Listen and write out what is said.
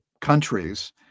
countries